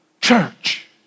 church